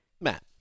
Matt